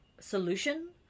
solution